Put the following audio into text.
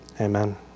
Amen